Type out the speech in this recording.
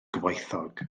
gyfoethog